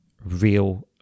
real